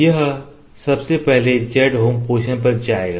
यह सबसे पहले z होम पोजिशन पर जाएगा